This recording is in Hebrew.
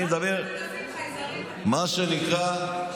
אני מדבר, מה שנקרא,